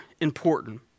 important